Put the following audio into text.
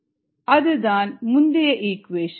rgP k3ES அதுதான் முந்தைய equation